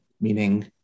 meaning